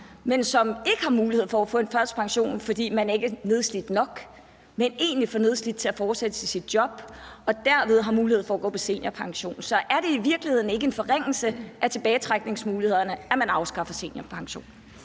men som ikke har mulighed for at få en førtidspension, fordi vedkommende ikke er nedslidt nok, men egentlig er for nedslidt til at fortsætte i sit job og derved har mulighed for at gå på seniorpension. Så er det i virkeligheden ikke en forringelse af tilbagetrækningsmulighederne, at man afskaffer seniorpensionen?